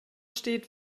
steht